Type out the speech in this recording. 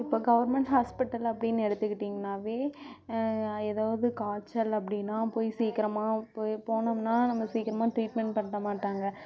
இப்போ government hospital அப்டின்னு எடுத்துக்கிட்டாங்கனா ஏதாவது காய்ச்சல் அப்படினா போய் சீக்கிரமாக போய் போனோம்னா நம்ம சீக்கிரமாக ட்ரீட்மெண்ட் பண்ணிட மாட்டாங்க